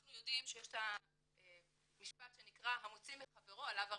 אנחנו יודעים שיש את המשפט שנקרא "המוציא מחברו עליו הראיה".